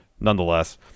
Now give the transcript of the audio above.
Nonetheless